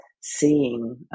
seeing